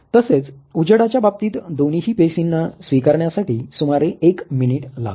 तसेच उजेडाच्या बाबतीत दोन्हीही पेशींना स्वीकारण्यासाठी सुमारे 1 मिनिट लागतो